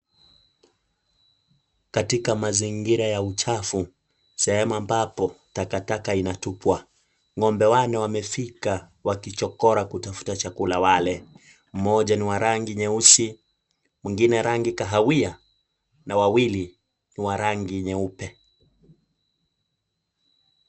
Katika mazingira ya uchafu sehemu ambapo takataka inatupwa, ng'ombe wanne wamefika wakichokora kutafuta chakula wale, moja ni wa rangi nyeusi mwingine rangi kahawia na wawili ni wa rangi nyeupe.